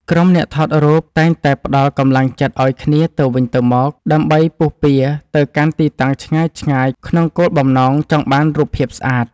ក្រុមអ្នកថតរូបតែងតែផ្តល់កម្លាំងចិត្តឱ្យគ្នាទៅវិញទៅមកដើម្បីពុះពារទៅកាន់ទីតាំងឆ្ងាយៗក្នុងគោលបំណងចង់បានរូបភាពស្អាត។